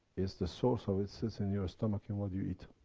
it's the source of it sits in your stomach, and what you eat.